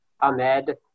Ahmed